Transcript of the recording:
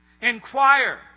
Inquire